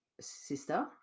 sister